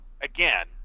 again